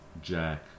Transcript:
Jack